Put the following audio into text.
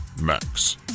Max